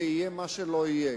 ויהיה מה שלא יהיה.